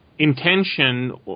Intention